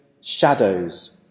shadows